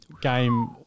game